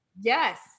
Yes